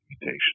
mutation